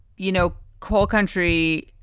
you know, coal country.